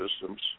systems